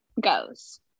goes